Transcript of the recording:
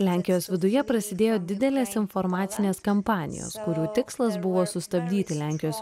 lenkijos viduje prasidėjo didelės informacinės kampanijos kurių tikslas buvo sustabdyti lenkijos